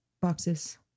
boxes